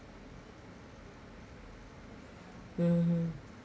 mmhmm